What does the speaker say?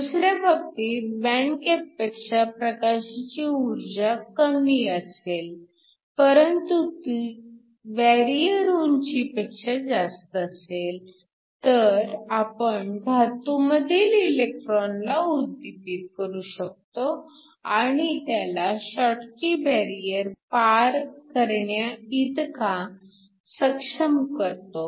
दुसऱ्या बाबतीत बँड गॅपपेक्षा प्रकाशाची ऊर्जा कमी असेल परंतु ती बॅरिअर उंचीपेक्षा जास्त असेल तर आपण धातूंमधील इलेकट्रॉनला उद्दीपित करू शकतो आणि त्याला शॉटकी बॅरिअर पार करण्या इतका सक्षम करतो